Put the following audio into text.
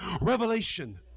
revelation